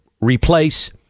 Replace